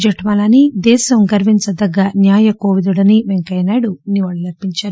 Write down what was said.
జఠ్మలానీ దేశం గర్వించదగిన న్యాయ కోవిదుడని పెంకయ్యనాయుడు నివాళ్లర్పించారు